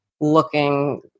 looking